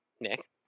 Nick